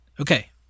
Okay